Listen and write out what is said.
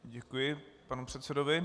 Děkuji panu předsedovi.